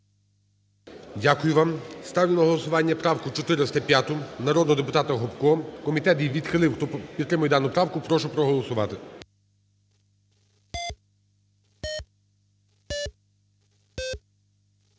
Дякую вам. Ставлю на голосування правку 405 народного депутата Гопко. Комітет її відхилив. Хто підтримує дану правку, прошу проголосувати.